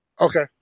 Okay